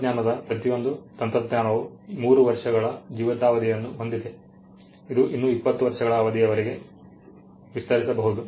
ತಂತ್ರಜ್ಞಾನದ ಪ್ರತಿಯೊಂದು ತಂತ್ರಜ್ಞಾನವು 3 ವರ್ಷಗಳ ಜೀವಿತಾವಧಿಯನ್ನು ಹೊಂದಿದೆ ಇದು ಇನ್ನೂ 20 ವರ್ಷಗಳ ಅವಧಿಯವರಿಗೆ ವಿಸ್ತರಿಸಬಹುದು